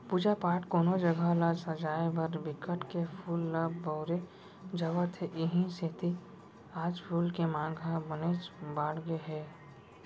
पूजा पाठ, कोनो जघा ल सजाय बर बिकट के फूल ल बउरे जावत हे इहीं सेती आज फूल के मांग ह बनेच बाड़गे गे हे